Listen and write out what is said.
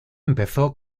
empezó